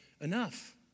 Enough